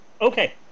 Okay